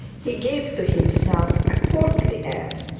he gave to himself a portly air,